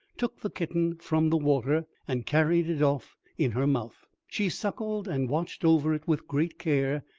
took the kitten from the water, and carried it off in her mouth. she suckled and watched over it with great care,